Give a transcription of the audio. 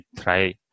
try